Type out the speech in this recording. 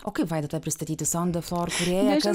o kaip vaida tave pristatyti son de flor kūrėja kas